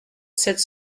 sept